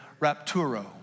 rapturo